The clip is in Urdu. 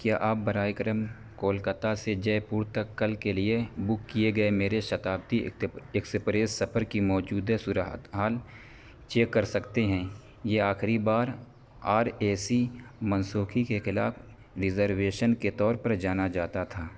کیا آپ برائے کرم کولکتہ سے جےپور تک کل کے لیے بک کیے گئے میرے شتابدی ایکسپریس سفر کی موجودہ صورتحال چیک کر سکتے ہیں یہ آخری بار آر اے سی منسوکھی کے خلاف ریزرویشن کے طور پر جانا جاتا تھا